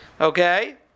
Okay